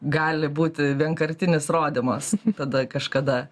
gali būti vienkartinis rodymas tada kažkada